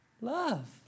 Love